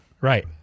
Right